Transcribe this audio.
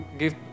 give